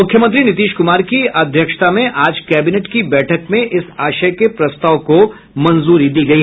मुख्यमंत्री नीतीश कुमार की अध्यक्षता में आज कैबिनेट की बैठक में इस आशय के प्रस्ताव को मंजूरी दी गयी